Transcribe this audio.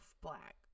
black